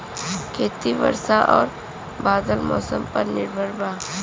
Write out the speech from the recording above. खेती वर्षा और बदलत मौसम पर निर्भर बा